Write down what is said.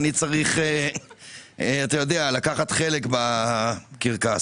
אני צריך לקחת חלק בקרקס.